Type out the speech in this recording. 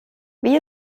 wie